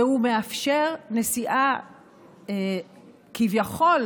והוא מאפשר נסיעה כביכול